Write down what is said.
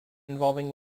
involving